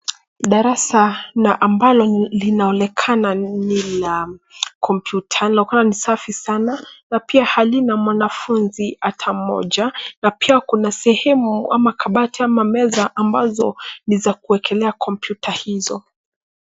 Darasa na ambalo linaonekana ni la kompyuta safi sana na pia halina mwanafunzi hata mmoja na pia kuna sehemu ama kabati ama meza ambazo ni za kuwekelea kompyuta hizo.